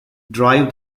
drive